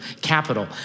capital